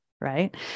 right